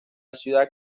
ciudad